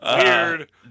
Weird